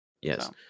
Yes